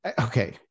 okay